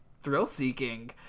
thrill-seeking